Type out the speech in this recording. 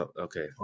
Okay